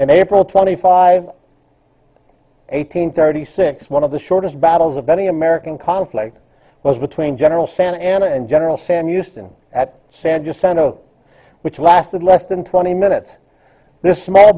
and april twenty five eighteen thirty six one of the shortest battles of any american conflict was between general santa ana and general sam euston at san just sent of which lasted less than twenty minutes this small